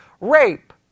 rape